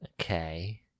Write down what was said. Okay